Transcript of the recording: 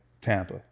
Tampa